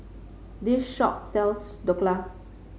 this shop sells Dhokla